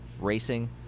racing